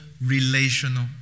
relational